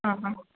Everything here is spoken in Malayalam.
ആ ഹ